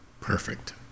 Perfect